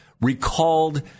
recalled